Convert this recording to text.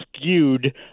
skewed